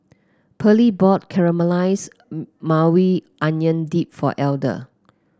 Pearlie bought Caramelized Maui Onion Dip for Elder